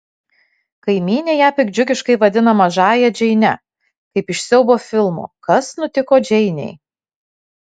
kaimynė ją piktdžiugiškai vadina mažąja džeine kaip iš siaubo filmo kas nutiko džeinei